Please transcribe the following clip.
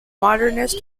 modernist